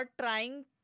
trying